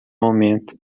momento